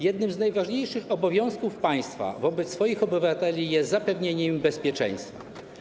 Jednym z najważniejszych obowiązków państwa wobec swoich obywateli jest zapewnienie im bezpieczeństwa.